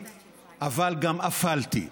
אבל בבניין הזה באמת ובתמים אפלתי.